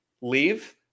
leave